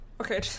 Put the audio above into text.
Okay